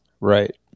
right